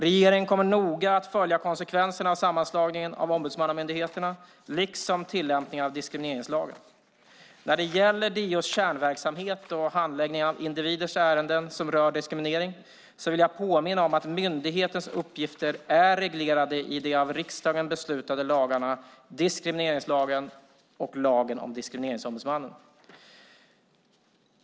Regeringen kommer noga att följa konsekvenserna av sammanslagningen av ombudsmannamyndigheterna liksom tillämpningen av diskrimineringslagen. När det gäller DO:s kärnverksamhet och handläggningen av individers ärenden som rör diskriminering vill jag påminna om att myndighetens uppgifter är reglerade i de av riksdagen beslutade lagarna diskrimineringslagen och lagen om Diskrimineringsombudsmannen.